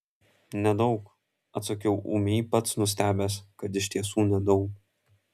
nedaug atsakiau ūmiai pats nustebęs kad iš tiesų nedaug